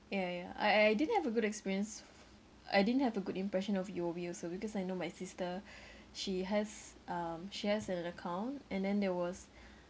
yeah yeah I I didn't have a good experience I didn't have a good impression of U_O_B also because I know my sister she has um she has an account and then there was